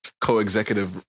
co-executive